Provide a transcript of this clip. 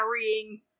carrying